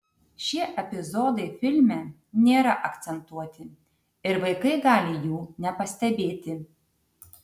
šie epizodai filme nėra akcentuoti ir vaikai gali jų nepastebėti